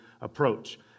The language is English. approach